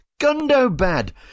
Gundobad